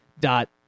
dot